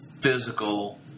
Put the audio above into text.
physical